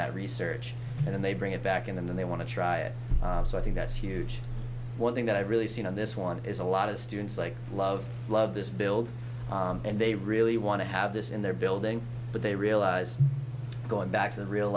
that research and then they bring it back in and then they want to try it so i think that's huge one thing that i really see on this one is a lot of students like love love this build and they really want to have this in their building but they realize going back to the real